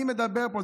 אני מדבר פה,